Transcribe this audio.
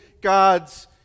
God's